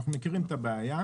אנחנו מכירים את הבעיה.